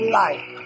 life